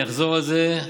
ואני אחזור על זה,